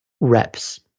reps